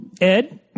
Ed